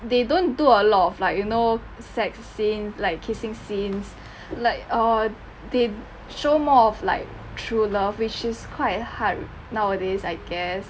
they don't do a lot of like you know sex scene like kissing scenes like err they show more of like true love which is quite hard nowadays I guess